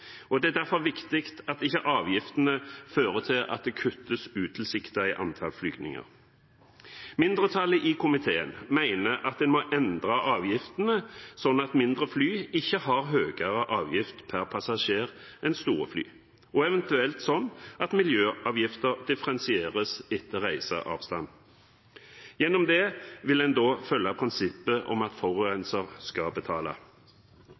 tid. Det er derfor viktig at ikke avgiftene fører til at det kuttes utilsiktet i antall flygninger. Mindretallet i komiteen mener at en må endre avgiftene, slik at mindre fly ikke har høyere avgift per passasjer enn store fly – og eventuelt slik at miljøavgifter differensieres etter reiseavstand. Gjennom det vil en da følge prinsippet om at forurenser skal betale.